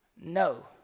No